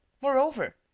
Moreover